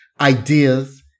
ideas